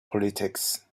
politics